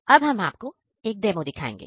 अब हम आपको एक डेमो दिखाएंगे